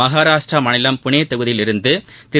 மகராஷ்டிரா மாநிலம் புனே தொகுதியில் இருந்து திரு